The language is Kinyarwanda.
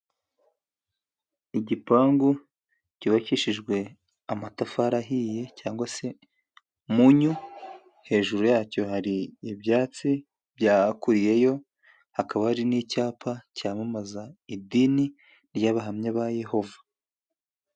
Igipangu cyubakishejwe amatafari ahiye cyangwa se munyu, hejuru yacyo hari ibyatsi byakuriyeyo, hakaba hari n'icyapa cyamamaza idini ry'abahamya ba Yehova